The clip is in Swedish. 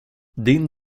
din